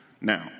Now